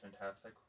Fantastic